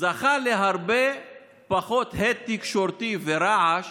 זכה להרבה פחות הד תקשורתי ורעש